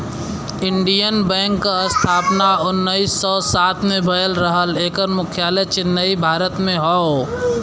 Indian Bank क स्थापना उन्नीस सौ सात में भयल रहल एकर मुख्यालय चेन्नई, भारत में हौ